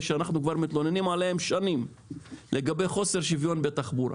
שאנחנו מתלוננים עליהם כבר שנים לגבי חוסר שוויון בתחבורה,